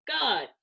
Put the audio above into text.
God